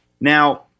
Now